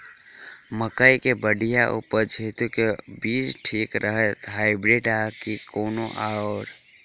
मकई केँ बढ़िया उपज हेतु केँ बीज ठीक रहतै, हाइब्रिड आ की कोनो आओर?